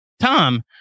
Tom